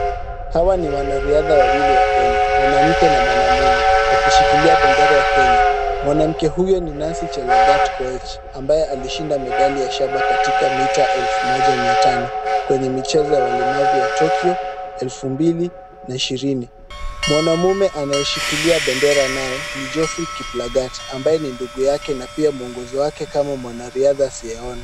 Hawa ni wanariadha wawili wa Kenya, mwanamke na mwanamume wakishikilia bendera ya Kenya. Mwanamke huyu ni Nancy Chelagat Koech, ambaye alishinda medali ya shaba katika mita elfu moja mia tano kwenye michezo ya walemavu ya Tokyo, elfu mbili na ishirini. Mwanamume anayeshikilia bendera naye ni Geoffrey Kiplagat ambaye ni nduyu yake na pia mwongozo kama mwanariadha asiyeona.